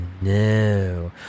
no